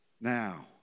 Now